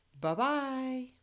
Bye-bye